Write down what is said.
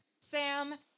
Sam